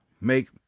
make